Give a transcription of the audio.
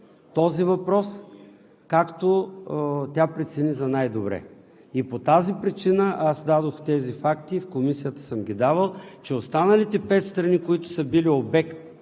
този въпрос, както тя прецени за най-добре. По тази причина аз дадох тези факти, давал съм ги и в Комисията, че останалите пет страни, които са били обект